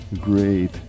great